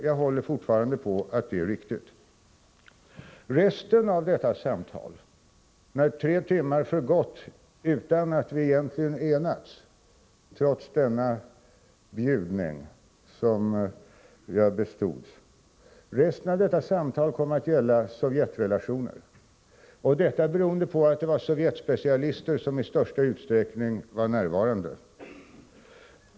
Jag håller fortfarande på att det är ett riktigt sätt att informera. Återstoden av detta samtal, när tre timmar gått utan att vi egentligen enats, trots denna bjudning som jag bestods, kom att gälla Sovjetrelationer. Det berodde på att de närvarande journalisterna i stor utsträckning var Sovjetspecialister.